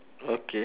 okay